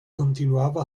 continuava